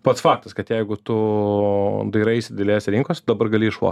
pats faktas kad jeigu tu dairaisi didelėse rinkose dabar gali išlošt